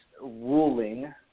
ruling